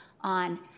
on